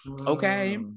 okay